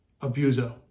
abuser